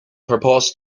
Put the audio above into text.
purports